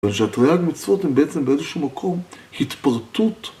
אבל שהתרי"ג המצוות הם בעצם באיזשהו מקום התפרטות